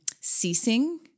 ceasing